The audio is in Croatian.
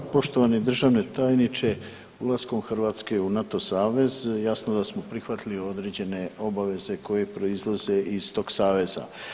Poštovani državni tajniče, ulaskom Hrvatske u NATO savez jasno je da smo prihvatili određene obaveze koje proizlaze iz tog saveza.